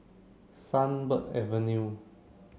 Sunbird Avenue